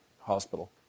Hospital